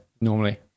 normally